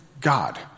God